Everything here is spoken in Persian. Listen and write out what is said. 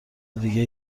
دیگه